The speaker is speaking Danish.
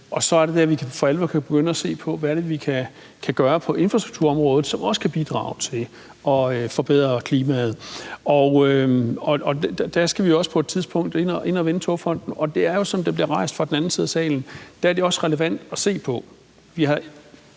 Så er det, vi for alvor kan begynde at se på, hvad det er, vi kan gøre på infrastrukturområdet, som også kan bidrage til at forbedre klimaet, og der skal vi på et tidspunkt også ind at vende Togfonden DK, og det er jo, som det bliver rejst fra den anden side af salen, også relevant at se på